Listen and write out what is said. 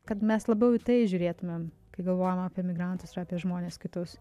kad mes labiau į tai žiūrėtumėm kai galvojam apie emigrantus ir apie žmones kitus